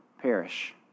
perish